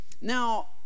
Now